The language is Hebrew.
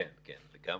לגמרי.